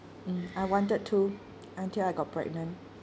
mm I wanted to until I got pregnant